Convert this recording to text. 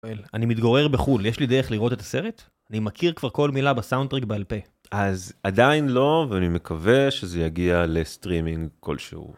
אני מתגורר בחול יש לי דרך לראות את הסרט אני מכיר כבר כל מילה בסאונד טרק בעל פה, אז עדיין לא ואני מקווה שזה יגיע לסטרימינג כלשהו.